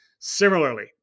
Similarly